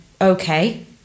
okay